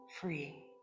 free